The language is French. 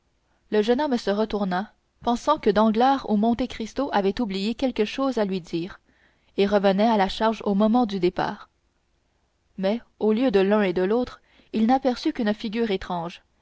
le jeune homme se retourna pensant que danglars ou monte cristo avait oublié quelque chose à lui dire et revenait à la charge au moment du départ mais au lieu de l'un et de l'autre il n'aperçut qu'une figure étrange